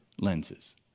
lenses